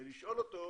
ולשאול אותו,